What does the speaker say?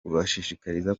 kubashishikariza